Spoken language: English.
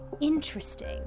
Interesting